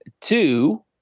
two